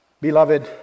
Beloved